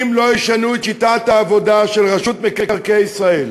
אם לא ישנו את שיטת העבודה של רשות מקרקעי ישראל,